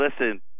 listen